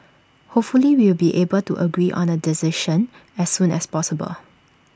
hopefully we'll be able to agree on A decision as soon as possible